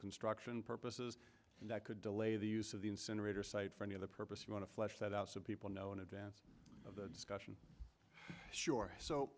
construction purposes and that could delay the use of the incinerator site for any other purpose you want to flush that out so people know in advance of the discussion sure so